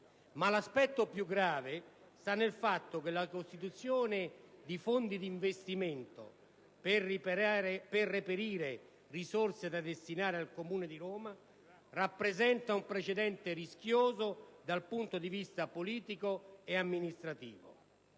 Ma l'aspetto più grave sta nel fatto che la costituzione di fondi di investimento per reperire risorse da destinare al Comune di Roma rappresenta un precedente rischioso dal punto di vista politico e amministrativo.